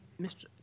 Mr